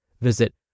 Visit